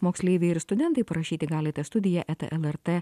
moksleiviai ir studentai prašyti galite studija eta lrt